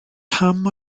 pam